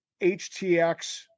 HTX